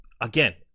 Again